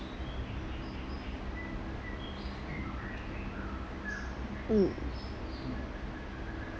mm